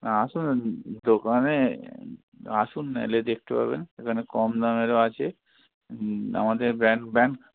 আসুন দোকানে আসুন এলে দেখতে পাবেন সেখানে কম দামেরও আছে আমাদের ব্র্যান্ড ব্র্যান্ড